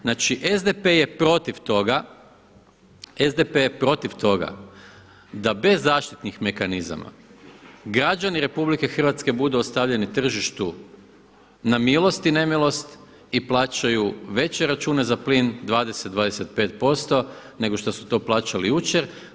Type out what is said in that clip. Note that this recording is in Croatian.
Znači, SDP je protiv toga, SDP je protiv toga da bez zaštitnih mehanizama građani Republike Hrvatske budu ostavljeni tržištu na milost i nemilost i plaćaju veće račune za plin 20, 25% nego što su to plaćali jučer.